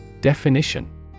Definition